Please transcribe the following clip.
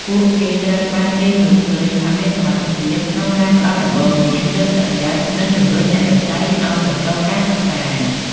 ពួកគេត្រូវបានគេមើលឃើញថាមានសមត្ថភាពក្នុងការផ្តល់ដំបូន្មាន លើកទឹកចិត្ត និងជម្រុញអ្នកដទៃឱ្យបន្តការសិក្សា។